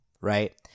right